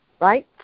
right